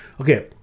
Okay